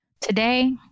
Today